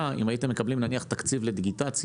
אם הייתם מקבלים נניח תקציב לדיגיטציה,